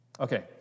Okay